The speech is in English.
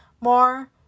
more